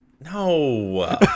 No